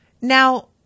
Now